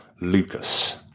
Lucas